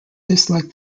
disliked